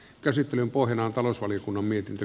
käsittelyn pohjana on talousvaliokunnan mietintö